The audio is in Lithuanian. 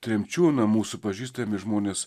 tremčių na mūsų pažįstami žmonės